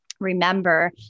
Remember